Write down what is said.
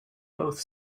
both